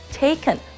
taken